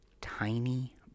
Tiny